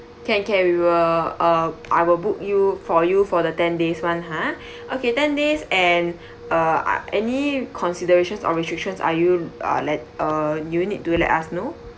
can can we will uh I will book you for you for the ten days [one] ha okay ten days and uh any considerations or restrictions are you uh like you need to let us know